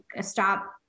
stop